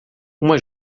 uma